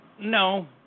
no